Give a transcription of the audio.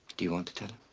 do you want to tell